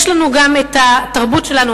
יש לנו גם התרבות שלנו,